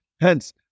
Hence